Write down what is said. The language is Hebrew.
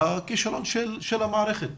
שהכישלון הוא של המערכת